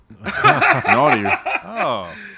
Naughty